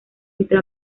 entre